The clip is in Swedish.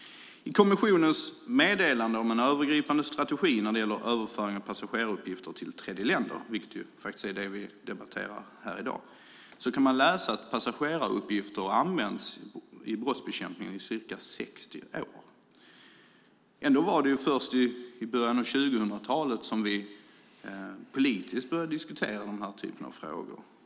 I kommissionens meddelande om en övergripande strategi när det gäller överföring av passageraruppgifter till tredjeländer, vilket ju är det som vi debatterar i dag, kan man läsa att passageraruppgifter har använts i brottsbekämpningen i ca 60 år. Ändå var det först i början av 2000-talet som vi politiskt började diskutera den här typen av frågor.